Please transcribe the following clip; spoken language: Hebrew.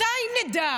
מתי נדע